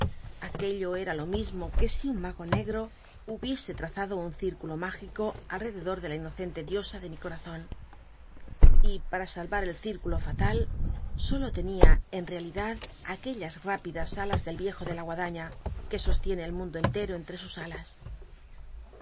aquello era lo mismo que si un mago negro hubiese tl'azado un circulo m igico alrededor de la inocente diosa de mi corazon y para salvar el circulo fatal solo tenia en rcalidad aqu ellas r i pidas alas del viejo de la guadaiía que sostiene el mundo cnter o entre sus alas